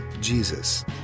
Jesus